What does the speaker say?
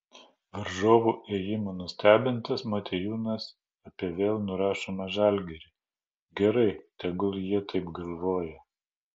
varžovų ėjimų nustebintas motiejūnas apie vėl nurašomą žalgirį gerai tegul jie taip galvoja